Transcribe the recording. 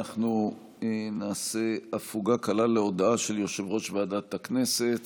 אנחנו נעשה הפוגה קלה להודעה של יושב-ראש ועדת הכנסת